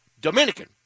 Dominican